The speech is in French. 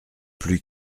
plus